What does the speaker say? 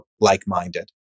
like-minded